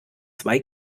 zwei